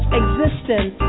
existence